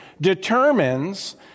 determines